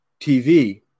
TV